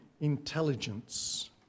intelligence